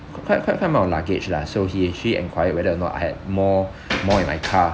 quite quite quite a amount luggage lah so he actually enquired whether or not I had more more in my car